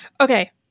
Okay